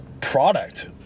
product